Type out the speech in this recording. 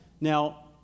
Now